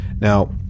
Now